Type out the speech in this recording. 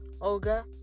Olga